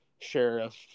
sheriff